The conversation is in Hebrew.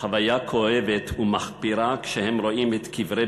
חוויה כואבת ומחפירה כשהן רואות את קברי